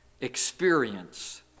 experience